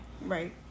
Right